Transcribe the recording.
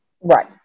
right